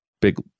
big